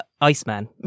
Iceman